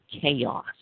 chaos